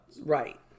right